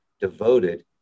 devoted